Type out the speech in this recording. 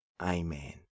Amen